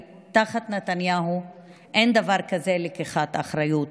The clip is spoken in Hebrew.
תחת נתניהו אין דבר כזה לקיחת אחריות.